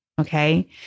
Okay